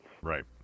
Right